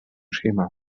schema